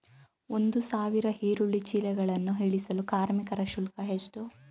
ಒಂದು ಸಾವಿರ ಈರುಳ್ಳಿ ಚೀಲಗಳನ್ನು ಇಳಿಸಲು ಕಾರ್ಮಿಕರ ಶುಲ್ಕ ಎಷ್ಟು?